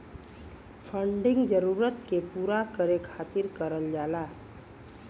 funding जरूरत के पूरा करे खातिर करल जाला